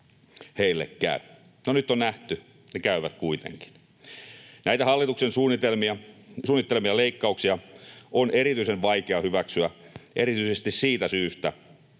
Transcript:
heille käy. No, nyt on nähty, että ne käyvät kuitenkin. Näitä hallituksen suunnittelemia leikkauksia on erityisen vaikea hyväksyä erityisesti siitä syystä,